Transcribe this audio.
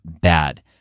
bad